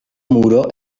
muro